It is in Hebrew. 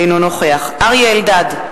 אינו נוכח אריה אלדד,